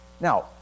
Now